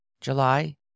July